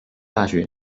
大学